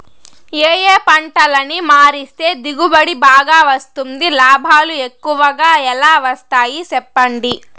ఏ ఏ పంటలని మారిస్తే దిగుబడి బాగా వస్తుంది, లాభాలు ఎక్కువగా ఎలా వస్తాయి సెప్పండి